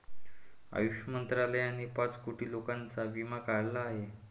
आयुष मंत्रालयाने पाच कोटी लोकांचा विमा काढला आहे